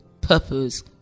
purpose